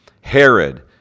Herod